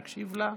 נקשיב לה.